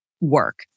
work